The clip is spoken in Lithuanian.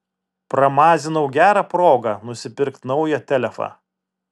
pramazinau gerą progą nusipirkt naują telefą